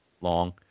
long